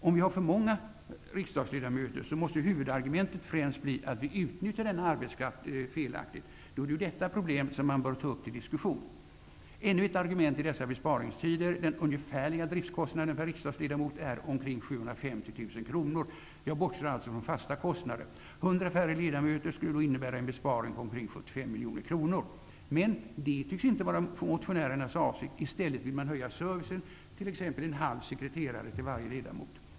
Om vi har för många riksdagsledamöter, måste huvudargumentet bli att vi utnyttjar denna arbetskraft felaktigt. Då är det detta problem som man bör ta upp till diskussion. Ännu ett argument i dessa besparingstider: Den ungefärliga driftskostnaden per riksdagsledamot är 750 000 kr. Jag bortser alltså från fasta kostnader. Men det tycks inte vara motionärernas avsikt. I stället vill man höja servicen, t.ex. en halv sekreterartjänst åt varje ledamot.